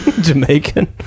jamaican